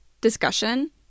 discussion